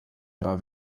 ihrer